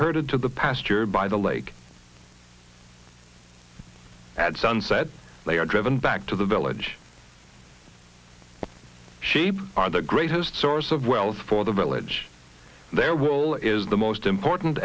herded to the pasture by the lake at sunset they are driven back to the village sheep are the greatest source of wealth for the village their wool is the most important